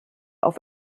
auf